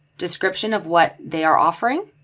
description of what they are offering.